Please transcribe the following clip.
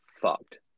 fucked